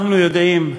אנחנו יודעים,